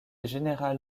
général